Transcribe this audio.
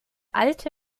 alte